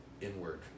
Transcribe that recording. inward